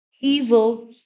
Evil